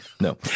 No